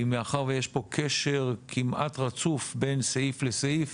כי מאחר ויש פה קשר כמעט רצוף בין סעיף לסעיף